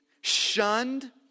shunned